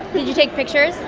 you take pictures?